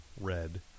Red